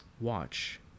watch